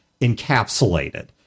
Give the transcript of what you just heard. encapsulated